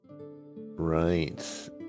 Right